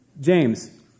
James